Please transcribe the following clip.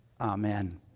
Amen